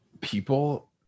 people